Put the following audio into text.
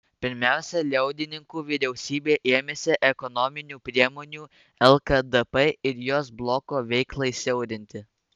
pirmiausia liaudininkų vyriausybė ėmėsi ekonominių priemonių lkdp ir jos bloko veiklai siaurinti